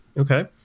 okay.